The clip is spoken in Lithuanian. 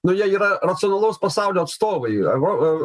nu jie yra racionalaus pasaulio atstovai o